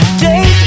Days